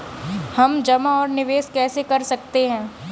हम जमा और निवेश कैसे कर सकते हैं?